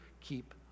keep